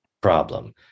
problem